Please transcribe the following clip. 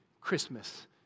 Christmas